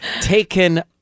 Taken